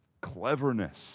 cleverness